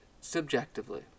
subjectively